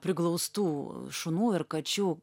priglaustų šunų ir kačių